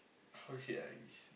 how should I